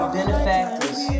benefactors